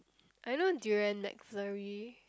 I love durian McFlurry